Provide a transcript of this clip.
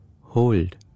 hold